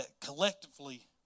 collectively